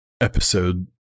episode